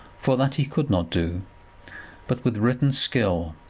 for that he could not do but with written skill,